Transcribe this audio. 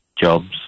jobs